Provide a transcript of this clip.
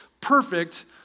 perfect